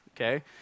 okay